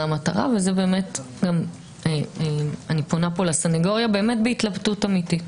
המטרה ואני פונה לסנגוריה בהתלבטות אמיתית.